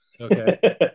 Okay